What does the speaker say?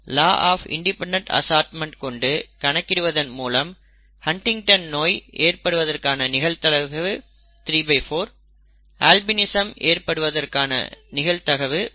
law of independent assortment கொண்டு கணக்கிடுவதன் மூலம் ஹன்டிங்டன் நோய் ஏற்படுவதற்கான நிகழ்தகவு 34 அல்பினிசம் ஏற்படுவதற்கான நிகழ்தகவு 14